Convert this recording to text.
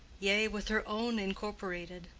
yea, with her own incorporated,